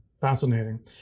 fascinating